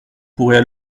pourrait